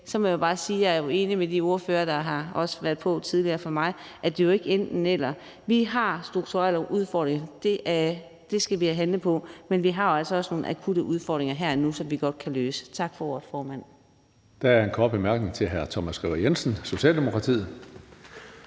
i dag, at så er jeg uenig med de ordførere, der har været på før mig, for det er jo ikke et enten-eller. Vi har strukturelle udfordringer, og dem skal vi have handlet på, men vi har altså også nogle akutte udfordringer, som vi godt kan løse. Tak for ordet, formand.